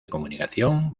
comunicación